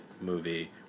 movie